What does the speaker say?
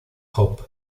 hope